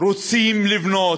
רוצים לבנות,